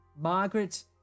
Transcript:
Margaret